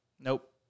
Nope